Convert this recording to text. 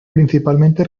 principalmente